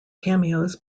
cameos